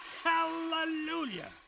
Hallelujah